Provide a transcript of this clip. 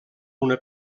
una